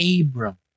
Abram